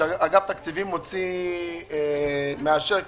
כשאגף תקציבים מאשר כסף,